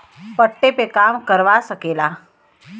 पट्टे पे काम करवा सकेला